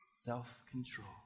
self-control